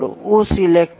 primary measurement क्या है